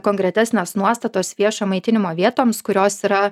konkretesnės nuostatos viešo maitinimo vietoms kurios yra